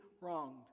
wronged